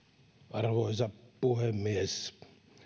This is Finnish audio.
arvoisa puhemies